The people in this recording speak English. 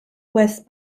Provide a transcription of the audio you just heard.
west